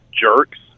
jerks